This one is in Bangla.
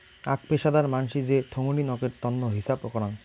আক পেশাদার মানসি যে থোঙনি নকের তন্ন হিছাব করাং